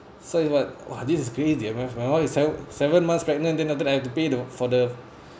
so is like !wah! this is crazy I mean my wife is seven seven months pregnant then after that I have to pay the for the